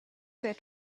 set